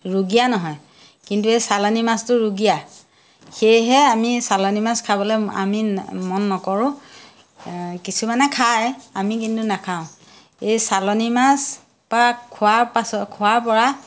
ৰুগীয়া নহয় কিন্তু এই চালানী মাছটো ৰুগীয়া সেয়েহে আমি চালানী মাছ খাবলে আমি মন নকৰোঁ কিছুমানে খায় আমি কিন্তু নাখাওঁ এই চালানী মাছ বা খোৱাৰ পাছত খোৱাৰ পৰা